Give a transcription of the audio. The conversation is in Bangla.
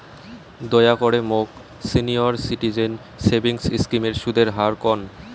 দয়া করে মোক সিনিয়র সিটিজেন সেভিংস স্কিমের সুদের হার কন